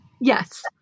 Yes